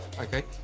okay